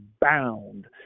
bound